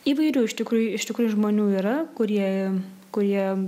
įvairių iš tikrųjų iš tikrųjų žmonių yra kurie kurie